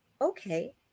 okay